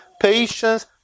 patience